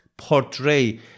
Portray